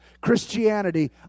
Christianity